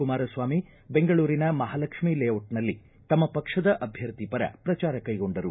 ಕುಮಾರಸ್ವಾಮಿ ಬೆಂಗಳೂರಿನ ಮಹಾಲಕ್ಷ್ಮೀ ಲೇಡಿಟ್ ನಲ್ಲಿ ತಮ್ಮ ಪಕ್ಷದ ಅಭ್ವರ್ಥಿ ಪರ ಪ್ರಚಾರ ಕೈಗೊಂಡರು